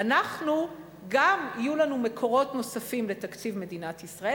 גם יהיו לנו מקורות נוספים לתקציב מדינת ישראל